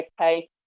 okay